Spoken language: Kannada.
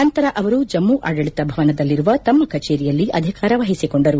ನಂತರ ಅವರು ಜಮ್ನು ಆಡಳಿತ ಭವನದಲ್ಲಿರುವ ತಮ್ಮ ಕಚೇರಿಯಲ್ಲಿ ಅಧಿಕಾರ ವಹಿಸಿಕೊಂಡರು